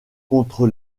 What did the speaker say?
contre